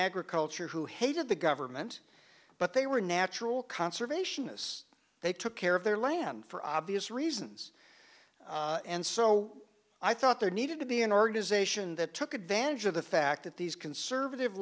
agriculture who hated the government but they were natural conservationists they took care of their land for obvious reasons and so i thought there needed to be an organization that took advantage of the fact that these conservative